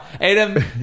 Adam